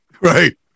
right